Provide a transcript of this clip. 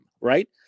right